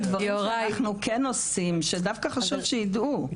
שאנחנו כן עושים כי חשוב שידעו.